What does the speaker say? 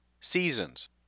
seasons